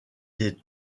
des